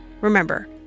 remember